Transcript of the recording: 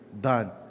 done